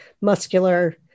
muscular